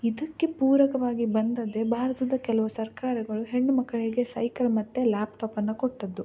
ಇದಕ್ಕೆ ಪೂರಕವಾಗಿ ಬಂದದ್ದೆ ಭಾರತದ ಕೆಲವು ಸರ್ಕಾರಗಳು ಹೆಣ್ಣು ಮಕ್ಕಳಿಗೆ ಸೈಕಲ್ ಮತ್ತು ಲ್ಯಾಪ್ಟಾಪನ್ನು ಕೊಟ್ಟದ್ದು